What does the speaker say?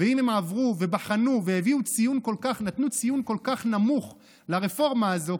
ואם היא עברה ובחנה ונתנה ציון כל כך נמוך לרפורמה הזו,